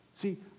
See